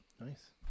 Nice